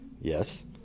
Yes